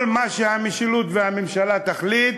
כל מה שהמשילות והממשלה תחליט,